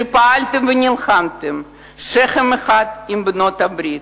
שפעלתם ולחמתם שכם אחד עם בעלות-הברית,